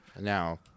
Now